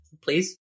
please